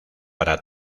para